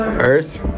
Earth